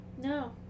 No